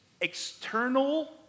external